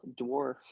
dwarf